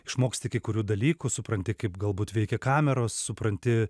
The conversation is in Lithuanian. išmoksti kai kurių dalykų supranti kaip galbūt veikia kameros supranti